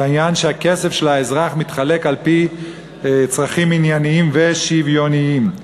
זה העניין שהכסף של האזרח מתחלק על-פי צרכים ענייניים ושוויוניים.